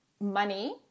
money